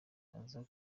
aza